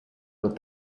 would